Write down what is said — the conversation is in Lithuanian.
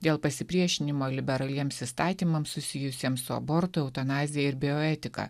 dėl pasipriešinimo liberaliems įstatymams susijusiems su abortu eutanazija ir bioetika